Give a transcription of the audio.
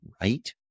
Right